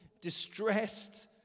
distressed